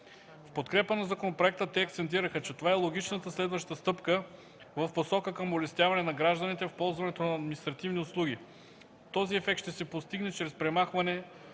В подкрепа на законопроекта те акцентираха, че това е логичната следваща стъпка в посока към улесняване на гражданите в ползването на административни услуги. Този ефект ще се постигне чрез премахването